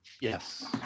Yes